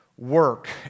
Work